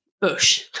bush